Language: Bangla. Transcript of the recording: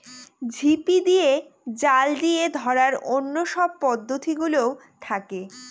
ঝিপি দিয়ে, জাল দিয়ে ধরার অন্য সব পদ্ধতি গুলোও থাকে